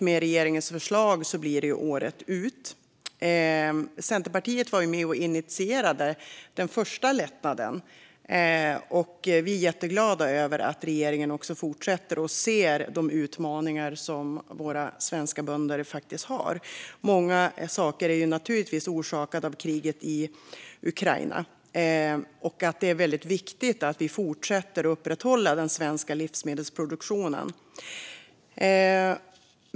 Med regeringens förslag blir det året ut. Centerpartiet var med och initierade den första lättnaden. Vi är jätteglada över att regeringen fortsätter och att man ser de utmaningar våra svenska bönder har. Många saker är naturligtvis orsakade av kriget i Ukraina. Det är väldigt viktigt att vi fortsätter att upprätthålla den svenska livsmedelsproduktionen.